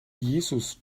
jesus